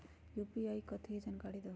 UPI कथी है? जानकारी दहु